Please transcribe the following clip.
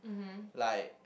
like